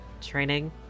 training